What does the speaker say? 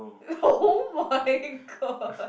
oh-my-god